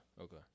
okay